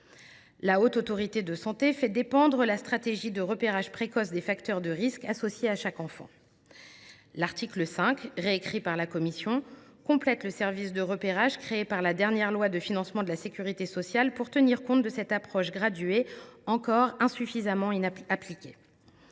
La Haute Autorité de santé (HAS) fait dépendre la stratégie de repérage précoce des facteurs de risque associés à chaque enfant. L’article 5, réécrit par la commission, complète le service de repérage créé par la dernière loi de financement de la sécurité sociale de manière à tenir compte de cette approche graduée, encore insuffisamment appliquée.